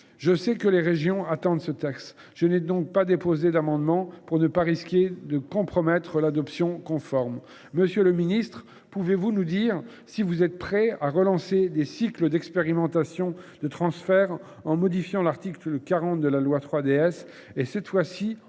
Je sais que les régions attendent ce texte. Je n’ai donc pas déposé d’amendement pour ne pas risquer de compromettre l’adoption conforme. Monsieur le ministre, pouvez vous nous dire si vous êtes prêt à relancer des cycles d’expérimentations de transferts en modifiant l’article 40 de la loi 3DS et, cette fois ci, en renforçant